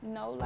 no